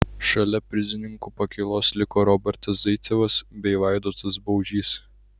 šalia prizininkų pakylos liko robertas zaicevas bei vaidotas baužys